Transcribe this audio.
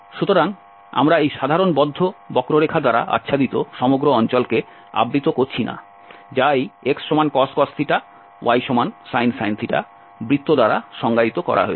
সুতরাং আমরা এই সাধারণ বদ্ধ বক্ররেখা দ্বারা আচ্ছাদিত সমগ্র অঞ্চলকে আবৃত করছি না যা এই xcos ysin বৃত্ত দ্বারা সংজ্ঞায়িত করা হয়েছে